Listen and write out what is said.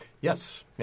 Yes